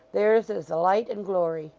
theirs is the light and glory